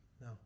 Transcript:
no